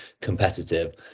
competitive